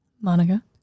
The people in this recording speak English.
Monica